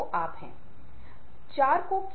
दोनों के बीच अंतर करना मुश्किल है